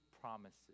promises